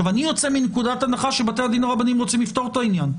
אני יוצא מנקודת הנחה שבתי הדין הרבניים רוצים לפתור את העניין,